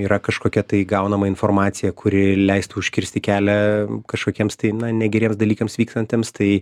yra kažkokia tai gaunama informacija kuri leistų užkirsti kelią kažkokiems na negeriems dalykams vykstantiems tai